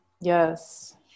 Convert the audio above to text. Yes